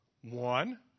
One